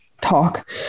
talk